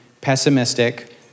pessimistic